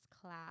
class